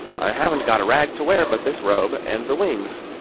i haven't got a rag to wear but this robe and the wings.